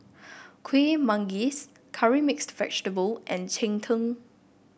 Kueh Manggis Curry Mixed Vegetable and Cheng Tng